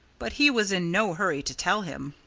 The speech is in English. but he was in no hurry to tell him.